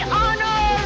honor